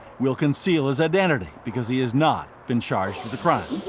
we'll conceal his identity because he has not been charged with a crime.